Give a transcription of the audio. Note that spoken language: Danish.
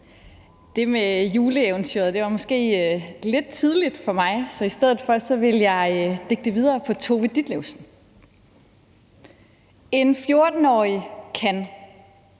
Det med juleeventyret var måske lidt tidligt for mig, så i stedet vil jeg digte videre på Tove Ditlevsen. En 14-årig kan